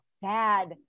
sad